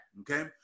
okay